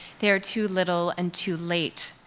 they are too little and too late.